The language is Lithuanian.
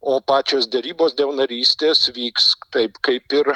o pačios derybos dėl narystės vyks taip kaip ir